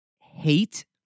hate